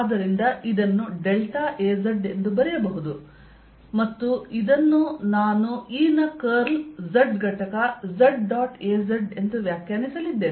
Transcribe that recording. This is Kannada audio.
ಆದ್ದರಿಂದ ನಾನು ಇದನ್ನು ಡೆಲ್ಟಾ Az ಎಂದು ಬರೆಯಬಹುದು ಮತ್ತು ಇದನ್ನು ನಾನು E ನ ಕರ್ಲ್ z ಘಟಕ z ಡಾಟ್ Az ಎಂದು ವ್ಯಾಖ್ಯಾನಿಸಲಿದ್ದೇನೆ